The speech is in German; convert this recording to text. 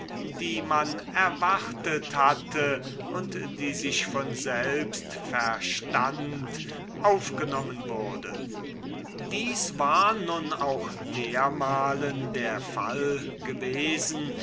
die man erwartet hatte und die sich von selbst verstund aufgenommen wurde dies war nun auch dermalen der fall gewesen